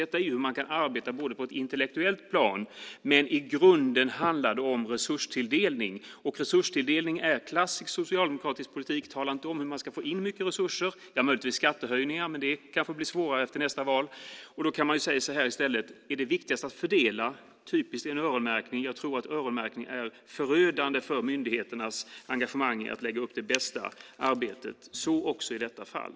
Det handlar om hur man kan arbeta på ett intellektuellt plan, men i grunden handlar det om resurstilldelning, och resurstilldelning är klassisk socialdemokratisk politik. Man talar inte om hur man ska få in mycket resurser - möjligtvis genom skattehöjningar, men det kanske blir svårare efter nästa val. Man kan säga så här i stället: Är det viktigast att fördela? Det är typiskt för en öronmärkning. Jag tror att öronmärkning är förödande för myndigheternas engagemang när det gäller att lägga upp arbetet på bästa sätt. Så också i detta fall.